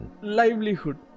livelihood